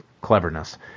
cleverness